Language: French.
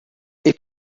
est